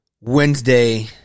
Wednesday